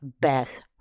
best